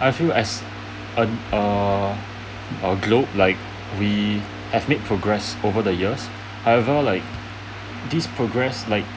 I feel as um err our globe like we have made progress over the years I felt like these progress like